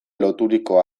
loturiko